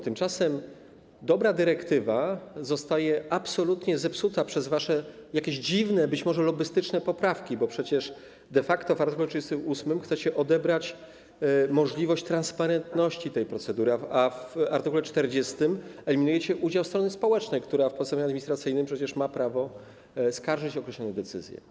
Tymczasem dobra dyrektywa zostaje absolutnie zepsuta przez jakieś wasze dziwne, być może lobbystyczne poprawki, bo przecież de facto w art. 38 chcecie odebrać możliwość transparentności tej procedury, a w art. 40 eliminujecie udział strony społecznej, która w postępowaniu administracyjnym przecież ma prawo skarżyć określone decyzje.